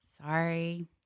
Sorry